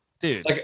Dude